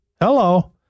hello